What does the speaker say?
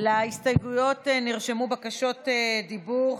להסתייגויות נרשמו בקשות דיבור.